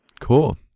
Cool